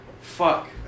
Fuck